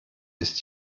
ist